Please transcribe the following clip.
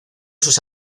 sus